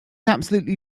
absolutely